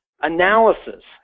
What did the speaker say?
analysis